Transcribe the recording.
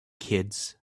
kids